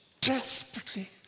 desperately